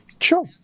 Sure